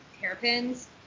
hairpins